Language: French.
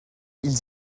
ils